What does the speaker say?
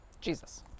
Jesus